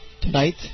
tonight